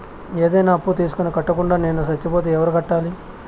ఏదైనా అప్పు తీసుకొని కట్టకుండా నేను సచ్చిపోతే ఎవరు కట్టాలి?